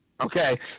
okay